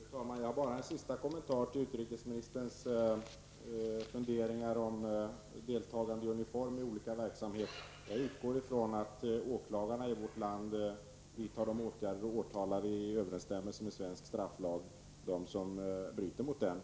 Fru talman! Jag vill bara ge en sista kommentar till utrikesministerns funderingar om deltagande i uniform i olika verksamheter. Jag utgår ifrån att åklagarna i vårt land vidtar åtgärder i överensstämmelse med svensk strafflag och åtalar dem som bryter mot lagen.